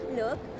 look